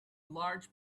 large